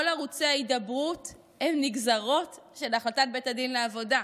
כל ערוצי ההידברות הם נגזרות של החלטת בית הדין לעבודה.